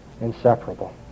inseparable